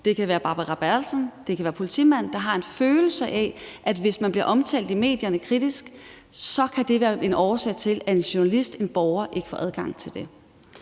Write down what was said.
det kan være Barbara Bertelsen, det kan være en politimand, der har en følelse af, at man bliver omtalt kritisk i medierne, så kan det være en årsag til, at en journalist, en borger, ikke får adgang til det.